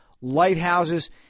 lighthouses